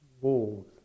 Walls